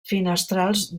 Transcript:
finestrals